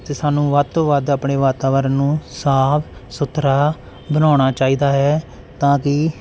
ਅਤੇ ਸਾਨੂੰ ਵੱਧ ਤੋਂ ਵੱਧ ਆਪਣੇ ਵਾਤਾਵਰਨ ਨੂੰ ਸਾਫ ਸੁਥਰਾ ਬਣਾਉਣਾ ਚਾਹੀਦਾ ਹੈ ਤਾਂ ਕਿ